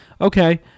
Okay